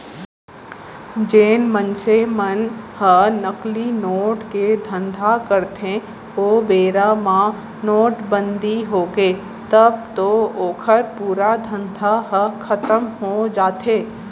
जेन मनसे मन ह नकली नोट के धंधा करथे ओ बेरा म नोटबंदी होगे तब तो ओखर पूरा धंधा ह खतम हो जाथे